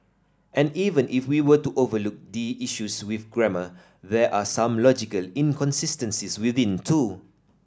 and even if we were to overlook the issues with grammar there are some logical inconsistencies within too